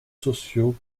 sociaux